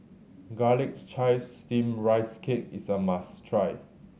Garlic Chives Steamed Rice Cake is a must try